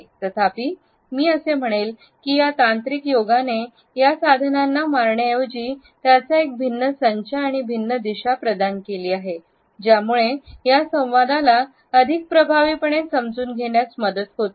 तथापि मी असे म्हणेल की या तांत्रिक योगाने या साधनांना मारण्याऐवजी त्याचा एक भिन्न संच आणि भिन्न दीशा प्रदान केली आहे ज्यामुळे या संवादाला अधिक प्रभावीपणे समजून घेण्यात मदत होते